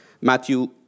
Matthew